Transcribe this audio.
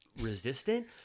resistant